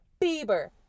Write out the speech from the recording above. bieber